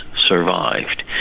survived